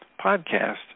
podcast